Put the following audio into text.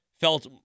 felt